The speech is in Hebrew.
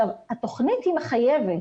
התוכנית מחייבת.